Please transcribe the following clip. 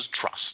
trust